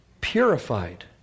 purified